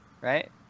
right